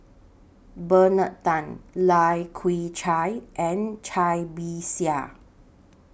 Bernard Tan Lai Kew Chai and Cai Bixia